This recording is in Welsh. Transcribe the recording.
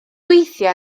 gweithio